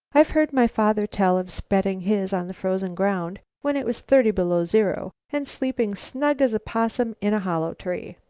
i've heard my father tell of spreading his on the frozen ground when it was thirty below zero, and sleeping snug as a possum in a hollow tree.